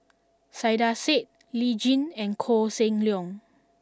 Saiedah Said Lee Tjin and Koh Seng Leong